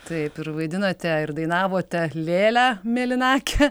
taip ir vaidinate ir dainavote lėlę mėlynakę